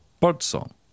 birdsong